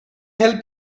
help